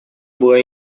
была